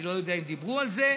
ואני לא יודע אם דיברו על זה.